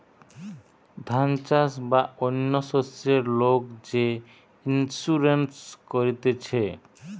ধান চাষ বা অন্য শস্যের লোক যে ইন্সুরেন্স করতিছে